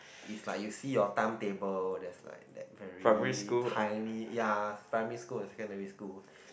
if like you see oh timetable there's like that very tiny ya primary school and secondary school